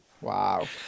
Wow